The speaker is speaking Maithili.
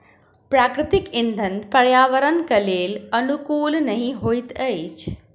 प्राकृतिक इंधन पर्यावरणक लेल अनुकूल नहि होइत अछि